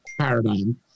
paradigm